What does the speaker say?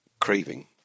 craving